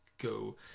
go